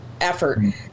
effort